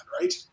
right